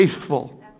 faithful